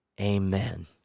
Amen